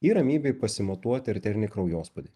ir ramybėj pasimatuoti arterinį kraujospūdį